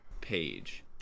page